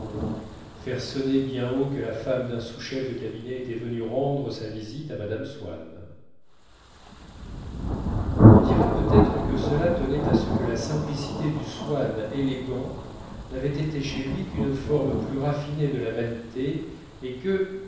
faire sonner bien haut que la femme d'un sous-chef de cabinet était venue rendre sa visite à mme swann on dira peut-être que cela tenait à ce que la simplicité du swann élégant n'avait été chez lui qu'une forme plus raffinée de la vanité et que